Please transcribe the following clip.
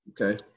Okay